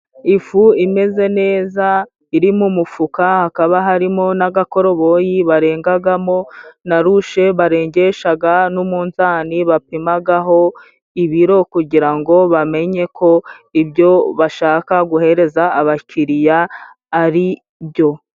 Ifu imeze neza iri mu mufuka, hakaba harimo n'agakoroboyi barengagamo na rushe barengeshaga n'umunzani bapimagaho ibiro, kugira ngo bamenye ko ibyo bashaka guhereza abakiriya ari byo.